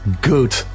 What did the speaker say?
good